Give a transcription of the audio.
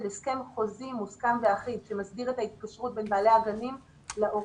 הסכם חוזי מוסכם ואחיד שמסדיר את ההתקשרות בין בעלי הגנים להורים,